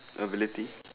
ability